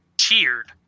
cheered